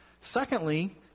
Secondly